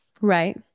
right